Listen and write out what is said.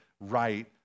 right